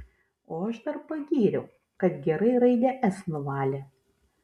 o aš dar pagyriau kad gerai raidę s nuvalė